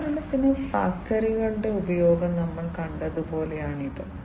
ഉദാഹരണത്തിന് ട്രാക്ടറുകളുടെ ഉപയോഗം നമ്മൾ കണ്ടതുപോലെയാണ് ഇത്